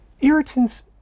Irritants